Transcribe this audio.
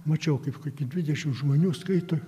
mačiau kaip kokį dvidešim žmonių skaito